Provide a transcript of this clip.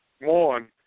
One